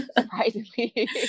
surprisingly